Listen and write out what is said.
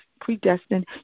predestined